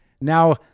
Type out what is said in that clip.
Now